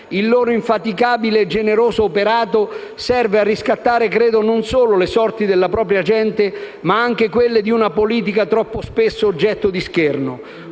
il loro infaticabile e generoso operato serve a riscattare non solo le sorti della propria gente, ma anche quelle di una politica troppo spesso oggetto di scherno.